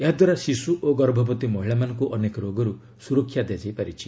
ଏହାଦ୍ୱାରା ଶିଶ୍ର ଓ ଗର୍ଭବତୀ ମହିଳାମାନଙ୍କ ଅନେକ ରୋଗର୍ ସୁରକ୍ଷା ଦିଆଯାଇ ପାରିଛି